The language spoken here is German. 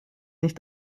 nicht